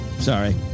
Sorry